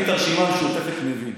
אני את הרשימה המשותפת מבין.